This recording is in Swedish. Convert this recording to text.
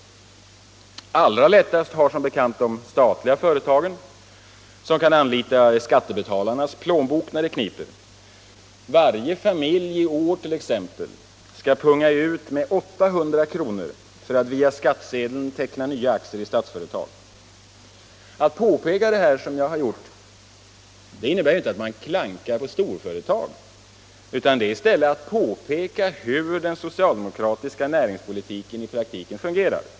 Allra lättast har som bekant de statliga företagen, som kan anlita skattebetalarnas plånbok när det kniper. Varje familj skall t.ex. i år punga ut med 800 kr. för att via skattsedeln teckna nya aktier i Statsföretag. Att påpeka detta — som jag har gjort — innebär ju inte att klanka på storföretagen, utan det är i stället att påpeka hur den socialdemokratiska näringspolitiken i praktiken fungerar.